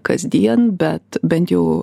kasdien bet bent jau